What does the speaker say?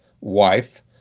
wife